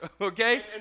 okay